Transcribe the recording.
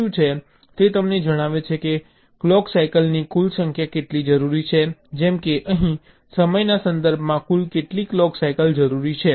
તે તમને જણાવે છે કે ક્લોક સાયકલની કુલ સંખ્યા કેટલી જરૂરી છે જેમ કે અહીં સમયના સંદર્ભમાં કુલ કેટલી ક્લોક સાયકલ જરૂરી છે